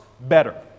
better